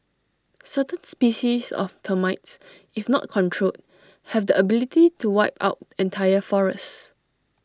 certain species of termites if not controlled have the ability to wipe out entire forests